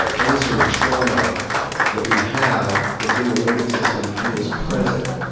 ah any sort of trauma that we have that's in the limbic system feels present.